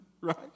right